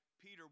Peter